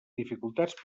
dificultats